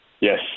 Yes